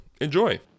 enjoy